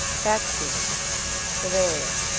backsteiner bavaria